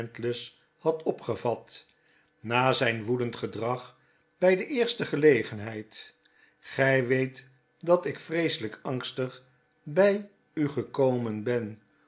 had opgevat na zyn woedend gedrag by de eerste gelegenheid gij weet dat ik vreeselijk angstig bij u gekomen ben